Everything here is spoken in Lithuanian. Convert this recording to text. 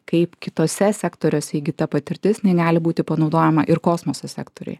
kaip kitose sektoriuose įgyta patirtis jinai gali būti panaudojama ir kosmoso sektoriuje